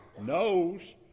knows